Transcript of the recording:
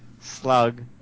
Slug